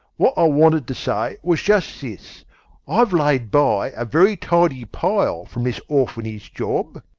what i wanted to say was just this i've laid by a very tidy pile from this orphanage job.